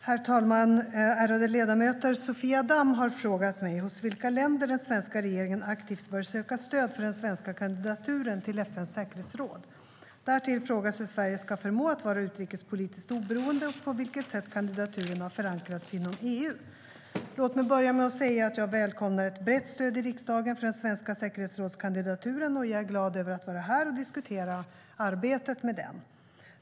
Herr ålderspresident! Ärade ledamöter! Sofia Damm har frågat mig hos vilka länder den svenska regeringen aktivt bör söka stöd för den svenska kandidaturen till FN:s säkerhetsråd. Därtill frågas hur Sverige ska förmå att vara utrikespolitiskt oberoende och på vilket sätt kandidaturen har förankrats inom EU. Låt mig börja med att säga att jag välkomnar ett brett stöd i riksdagen för den svenska säkerhetsrådskandidaturen, och jag är glad över att vara här och diskutera arbetet med den.